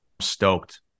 stoked